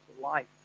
life